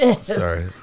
Sorry